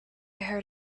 heard